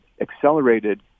accelerated